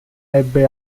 ebbe